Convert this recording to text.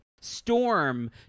Storm